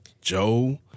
Joe